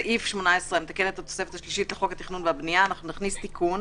בסעיף 18 המתקן את התוספת השלישית לחוק התכנון והבנייה נכניס תיקון,